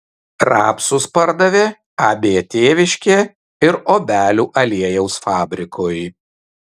rapsus pardavė ab tėviškė ir obelių aliejaus fabrikui